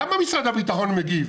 למה משרד הביטחון מגיב?